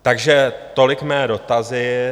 Takže tolik mé dotazy.